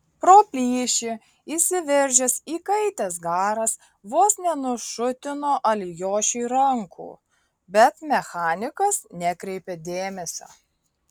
pro plyšį išsiveržęs įkaitęs garas vos nenušutino alijošiui rankų bet mechanikas nekreipė dėmesio